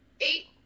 eight